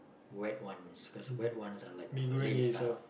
wet ones cause the wet ones are like the Malay style